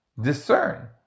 discern